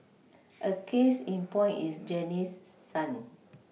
a case in point is Janice's son